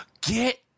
Get